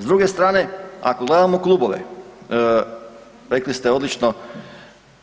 S druge strane ako gledamo klubove, rekli ste odlično